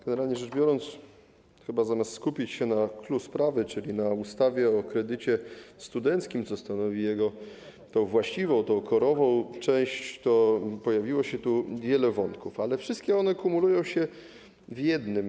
Generalnie rzecz biorąc, chyba zamiast skupić się na clou sprawy, czyli na ustawie o kredycie studenckim, co stanowi jej właściwą, korową część, poruszono tu wiele wątków, ale wszystkie one kumulują się w jednym.